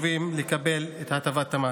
לקבל את הטבת המס,